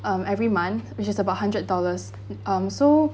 um every month which is about hundred dollars um so